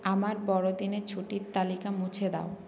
আমার বড়দিনের ছুটির তালিকা মুছে দাও